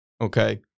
okay